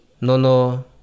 Nono